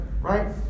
right